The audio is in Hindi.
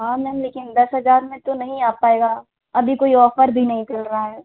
हाँ मैम लेकिन दस हजार में तो नहीं आ पाएगा अभी कोई ऑफर भी नहीं चल रहा है